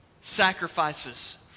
sacrifices